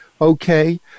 okay